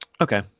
Okay